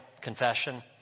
Confession